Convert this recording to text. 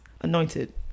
anointed